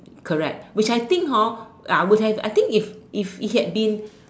correct which I think hor ah would have I think if if it had been